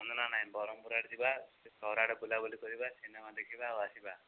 ନା ନାଇଁ ନାଇଁ ବ୍ରହ୍ମପୁର ଆଡ଼େ ଯିବା ସେ ସହର ଆଡ଼େ ବୁଲାବୁଲି କରିବା ସିନେମା ଦେଖିବା ଆଉ ଆସିବା